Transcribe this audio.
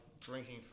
drinking